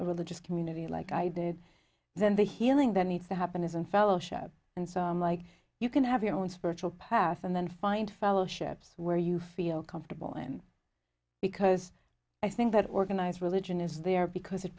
a religious community like i did then the healing that needs to happen isn't fellowship and so like you can have your own spiritual path and then find fellowships where you feel comfortable and because i think that organized religion is there because it